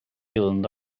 yılında